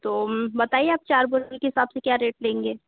तो बताइए आप चार बोरी के हिसाब से क्या रेट लेंगे